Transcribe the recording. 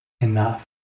enough